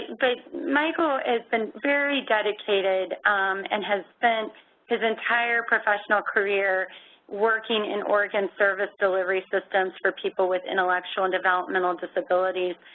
but, michael has been very dedicated and has spent his entire professional career working in oregon service delivery systems for people with intellectual and developmental disabilities.